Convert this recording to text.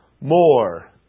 more